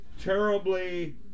terribly